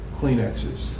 Kleenexes